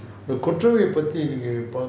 இந்த கொற்றவை பத்தி நீங்க:intha kottravai pathi neenga